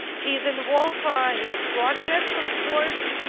he's involved ah in the project, of course.